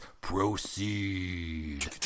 proceed